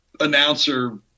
announcer